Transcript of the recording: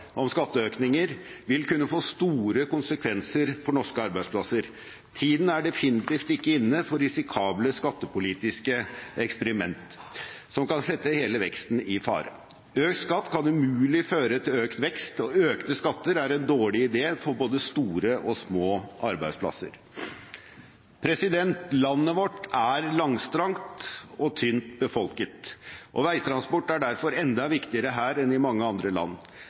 om skatteøkninger vil kunne få store konsekvenser for norske arbeidsplasser. Tiden er definitivt ikke inne for risikable skattepolitiske eksperiment som kan sette hele veksten i fare. Økt skatt kan umulig føre til økt vekst, og økte skatter er en dårlig idé for både store og små arbeidsplasser. Landet vårt er langstrakt og tynt befolket, og veitransport er derfor enda viktigere her enn i mange andre land.